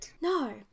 No